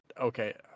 okay